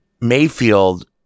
Mayfield